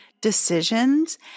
decisions